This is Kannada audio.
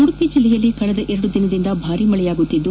ಉಡುಪಿ ಜಿಲ್ಲೆಯಲ್ಲಿ ಕಳೆದೆರಡು ದಿನಗಳಿಂದ ಭಾರೀ ಮಳೆಯಾಗುತ್ತಿದ್ದು